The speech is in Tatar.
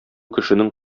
кешенең